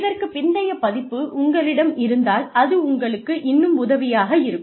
இதற்கு பிந்தய பதிப்பு உங்களிடம் இருந்தால் அது உங்களுக்கு இன்னும் உதவியாக இருக்கும்